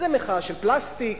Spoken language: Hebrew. זאת מחאה של פלסטיק.